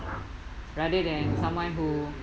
rather than someone who